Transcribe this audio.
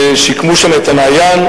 שיקמו שם את המעיין,